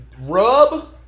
rub